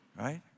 Right